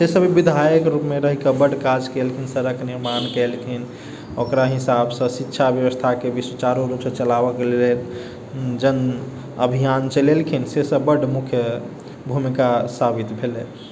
से सब ई विधायक रूपमे रहिके बड़ काज कयलखिन सड़क निर्माण कयलखिन ओकरा हिसाबसँ शिक्षा व्यवस्थाके भी सुचारू रूपसँ चलाबैके लेल जन अभियान चलेलखिन से सब बड़ मुख्य भूमिका साबित भेलै